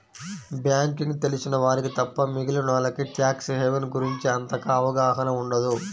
banking తెలిసిన వారికి తప్ప మిగిలినోల్లకి ట్యాక్స్ హెవెన్ గురించి అంతగా అవగాహన ఉండదు